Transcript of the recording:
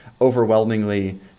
overwhelmingly